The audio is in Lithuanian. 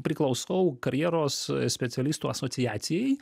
priklausau karjeros specialistų asociacijai